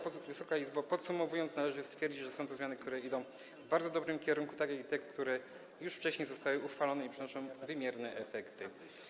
Podsumowując, należy stwierdzić, że są to zmiany, które idą w bardzo dobrym kierunku, tak jak te, które już wcześniej zostały uchwalone i przynoszą wymierne efekty.